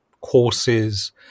courses